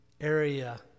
area